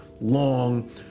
long